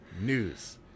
news